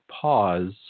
pause